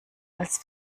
als